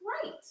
great